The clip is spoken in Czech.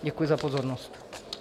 Děkuji za pozornost.